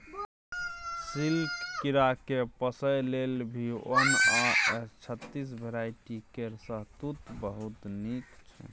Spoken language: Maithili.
सिल्कक कीराकेँ पोसय लेल भी वन आ एस छत्तीस भेराइटी केर शहतुत बहुत नीक छै